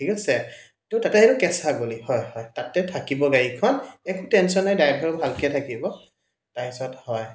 ঠিক আছে তহ তাতে সেইটো কেঁচা গলি হয় হয় তাতে থাকিব গাড়ীখন একো টেনশ্যনেই ড্ৰাইভাৰো ভালকৈ থাকিব তাৰপিছত হয়